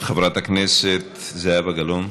חברת הכנסת זהבה גלאון,